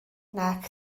nac